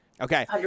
Okay